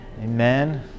Amen